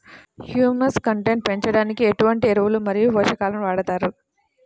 Humus content పెంచడానికి ఎటువంటి ఎరువులు మరియు పోషకాలను వాడతారు?